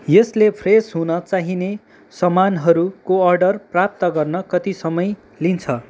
यसले फ्रेस हुन चाहिने सामानहरूको अर्डर प्राप्त गर्न कति समय लिन्छ